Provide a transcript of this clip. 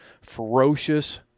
ferocious